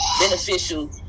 beneficial